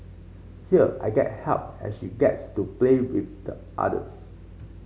here I get help and she gets to play with the others